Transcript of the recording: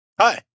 Hi